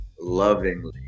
lovingly